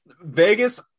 Vegas